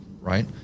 right